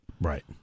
Right